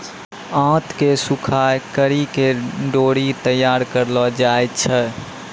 आंत के सुखाय करि के डोरी तैयार करलो जाय छै